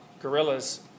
gorillas